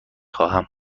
خواهم